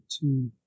two